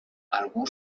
algú